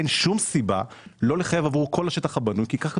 אין שום סיבה שלא לחייב עבור כל השטח הבנוי,